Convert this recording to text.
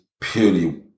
purely